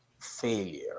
failure